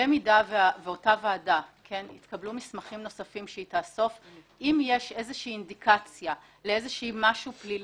במידה ומהמסמכים שהוועדה תאסוף תהיה אינדיקציה למשהו שהוא פלילי,